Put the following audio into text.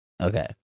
Okay